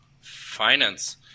Finance